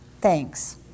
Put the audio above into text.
Thanks